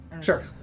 Sure